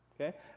Okay